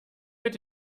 mit